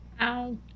Ow